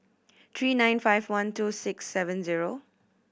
three nine five one two six seven zero